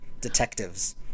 detectives